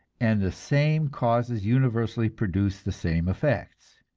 and the same causes universally produce the same effects.